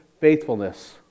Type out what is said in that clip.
faithfulness